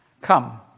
Come